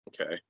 Okay